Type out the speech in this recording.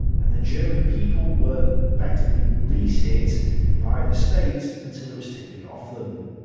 and the german people were effectively leased it by the state until it was taken off them.